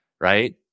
right